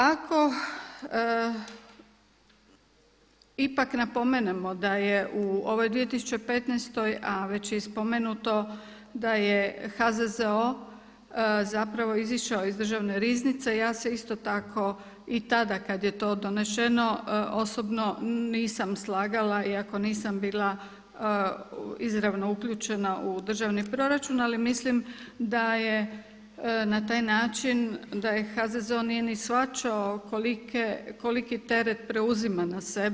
Ako ipak napomenemo da je u ovoj 2015., a već je i spomenuto da je HZZO izašao iz Državne riznice, ja se isto tako i tada kada je to donešeno osobno nisam slagala, iako nisam bila izravno uključena u državni proračun, ali mislim da je na taj način da HZZO nije ni shvaćao koliki teret preuzima na sebe.